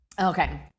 Okay